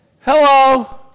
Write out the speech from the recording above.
Hello